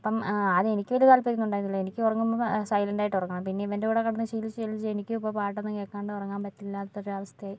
അപ്പോൾ അതെനിക്ക് വല്യ താല്പര്യമൊന്നും ഉണ്ടായിരുന്നില്ല എനിക്ക് ഉറങ്ങുമ്പോൾ സൈലന്റ് ആയിട്ട് ഉറങ്ങണം പിന്നെ ഇവന്റെ കൂടെ കിടന്ന് ശീലിച്ചു ശീലിച്ചു എനിക്കും ഇപ്പോൾ പാട്ടൊന്നും കേൾക്കാണ്ട് ഉറങ്ങാൻ പറ്റില്ലാത്തൊരു അവസ്ഥ ആയി